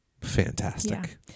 fantastic